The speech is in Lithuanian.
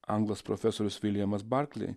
anglas profesorius viljamas barklei